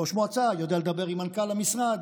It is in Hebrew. ראש מועצה יודע לדבר עם מנכ"ל המשרד,